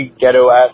ghetto-ass